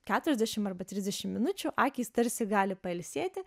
keturiasdešimt arba trisdešimt minučių akys tarsi gali pailsėti